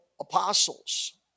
apostles